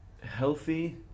healthy